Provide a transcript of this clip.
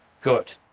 good